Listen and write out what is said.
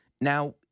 Now